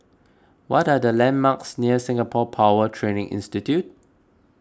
what are the landmarks near Singapore Power Training Institute